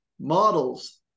models